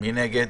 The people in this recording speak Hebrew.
מי נגד?